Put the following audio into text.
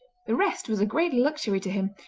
the rest was a great luxury to him,